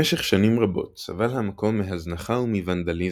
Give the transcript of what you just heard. במשך שנים רבות סבל המקום מהזנחה ומוונדליזם,